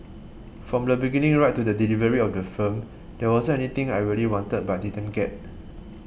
from the beginning right to the delivery of the film there wasn't anything I really wanted but didn't get